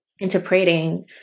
interpreting